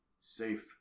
safe